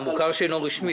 המוכר שאינו רשמי.